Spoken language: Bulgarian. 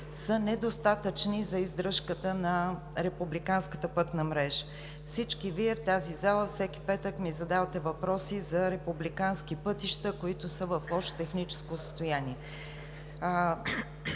са недостатъчни за издръжката на републиканската пътна мрежа. Всички Вие в залата всеки петък ми задавате въпроси за републикански пътища, които са в лошо техническо състояние.